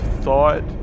thought